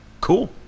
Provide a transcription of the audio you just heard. cool